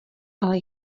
ale